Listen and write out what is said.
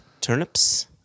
turnips